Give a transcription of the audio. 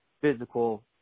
physical